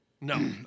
No